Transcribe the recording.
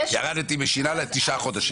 ירדתי משנה לתשעה חודשים.